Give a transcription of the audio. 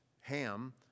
Ham